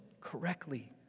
correctly